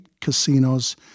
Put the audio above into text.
casinos